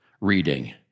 reading